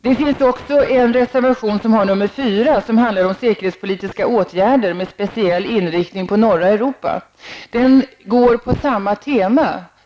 Det finns också en reservation som har nr 4 och som handlar om säkerhetspolitiska åtgärder med speciell inriktning på norra Europa. Den har samma tema.